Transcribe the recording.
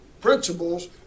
principles